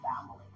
family